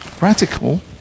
Radical